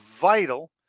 vital